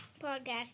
Podcast